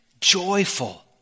Joyful